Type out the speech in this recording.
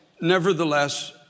Nevertheless